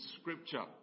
Scripture